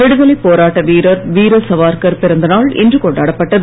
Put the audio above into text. விடுதலைப் போராட்ட வீரர் வீர சாவர்கர் பிறந்தநாள் இன்று கொண்டாடப்பட்டது